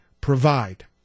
provide